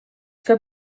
fue